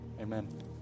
amen